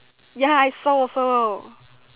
ya I saw also